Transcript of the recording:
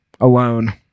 alone